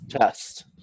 test